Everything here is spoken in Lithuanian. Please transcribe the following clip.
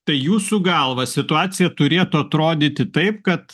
tai jūsų galva situacija turėtų atrodyti taip kad